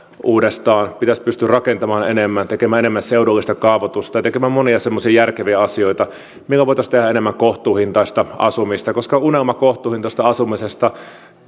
uudestaan pitäisi pystyä rakentamaan enemmän tekemään enemmän seudullista kaavoitusta ja tekemään monia semmoisia järkeviä asioita millä voitaisiin tehdä enemmän kohtuuhintaista asumista koska unelma kohtuuhintaisesta asumisesta